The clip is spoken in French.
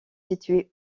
située